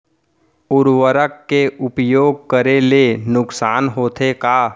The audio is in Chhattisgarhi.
उर्वरक के उपयोग करे ले नुकसान होथे का?